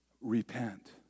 Repent